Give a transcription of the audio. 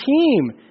team